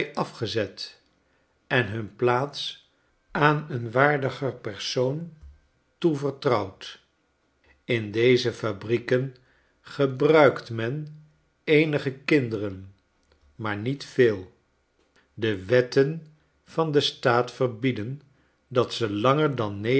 afgezet en hun plaats aan waardiger personen toevertrouwd in deze fabrieken gebruikt men eenige kinderen maar niet veel de wetten van den staat verbieden datze langer dan negen